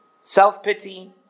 self-pity